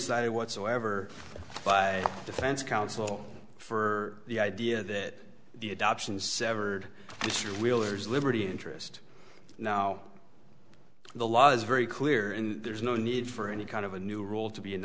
cited whatsoever by defense counsel for the idea that the adoption severed mr wheeler's liberty interest now the law is very clear and there's no need for any kind of a new rule to be an